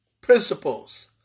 principles